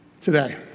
today